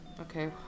okay